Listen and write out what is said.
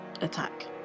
attack